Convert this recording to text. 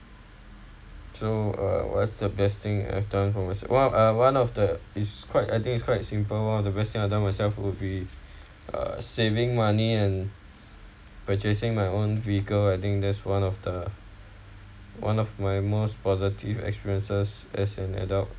to uh what's the best thing I've done for myself !wah! uh one of the is quite I think it's quite simple one of the best thing I've done myself would be uh saving money and purchasing my own vehicle I think that's one of the one of my most positive experiences as an adult